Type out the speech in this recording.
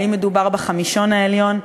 האם מדובר בחמישון העליון,